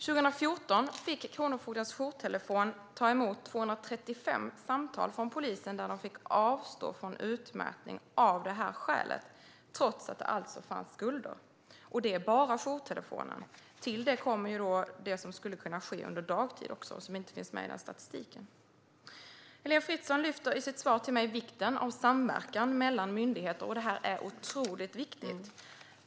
År 2014 fick Kronofogdens jourtelefon ta emot 235 samtal från polisen där de fick avstå från utmätning av det här skälet, trots att det alltså fanns skulder. Och det är bara jourtelefonen. Till det kommer det som skulle kunna ske under dagtid och som inte finns med i den statistiken. Heléne Fritzon lyfter i sitt svar till mig vikten av samverkan mellan myndigheter, och det är otroligt viktigt.